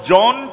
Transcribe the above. John